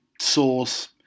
sauce